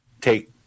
take